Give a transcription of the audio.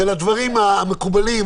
של הדברים המקובלים,